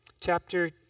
Chapter